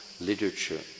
literature